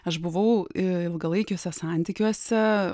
aš buvau ilgalaikiuose santykiuose